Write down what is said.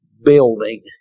building